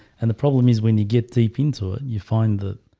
and the problem is when you get deep into it you find that